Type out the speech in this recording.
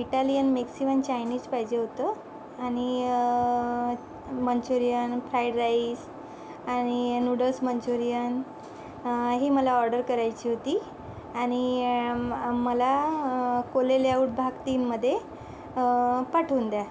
Italian Mexican Chinese पाहिजे होतं आणि मंचुरियन फ्राइड राईस आणि नुडल्स मंचुरियन ही मला ऑर्डर करायची होती आणि म मला कोले लेआऊट भाग तीनमधे पाठवून द्या